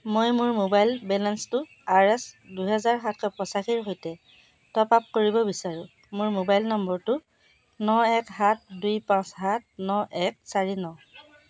মই মোৰ মোবাইল বেলেন্সটো আৰ এছ দুহেজাৰ সাতশ পঁচাশীৰ সৈতে টপ আপ কৰিব বিচাৰোঁ মোৰ মোবাইল নম্বৰটো ন এক সাত দুই পাঁচ সাত ন এক চাৰি ন